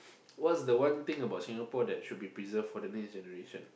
what's the one thing about Singapore that should be preserve for the next generation